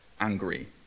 angry